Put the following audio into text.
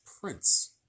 Prince